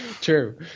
True